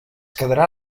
quedarà